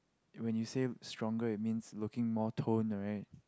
when you say stronger it means looking more toned right